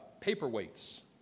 paperweights